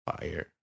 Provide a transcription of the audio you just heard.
Fire